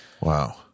Wow